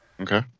Okay